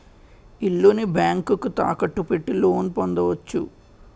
ఇల్లుని బ్యాంకుకు తాకట్టు పెట్టి లోన్ పొందవచ్చు